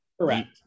Correct